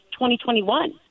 2021